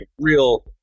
real